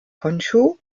honshū